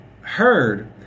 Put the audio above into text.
heard